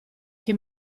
che